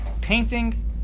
painting